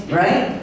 right